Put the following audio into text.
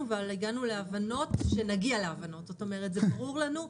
הדברים האלה לא ברורים לי.